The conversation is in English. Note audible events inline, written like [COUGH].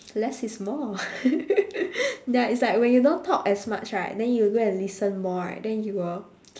less is more [LAUGHS] ya it's like when you don't talk as much right then you go and listen more right then you will